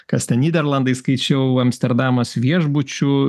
kas ten nyderlandai skaičiau amsterdamas viešbučių